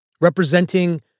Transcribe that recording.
representing